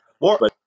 more